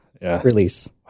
release